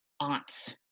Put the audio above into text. aunts